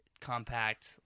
compact